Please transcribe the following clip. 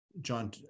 John